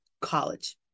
college